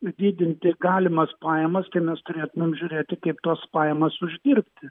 ir didinti galimas pajamas tai mes turėtumėm žiūrėti kaip tuos pajamas uždirbti